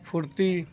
پھرتی